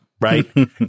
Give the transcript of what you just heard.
right